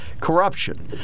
corruption